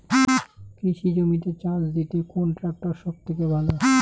কৃষি জমিতে চাষ দিতে কোন ট্রাক্টর সবথেকে ভালো?